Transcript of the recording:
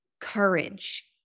courage